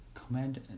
command